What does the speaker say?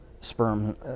sperm